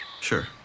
Sure